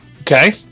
Okay